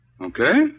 Okay